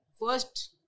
First